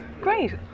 Great